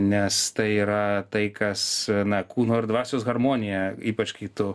nes tai yra tai kas na kūno ir dvasios harmoniją ypač kai tu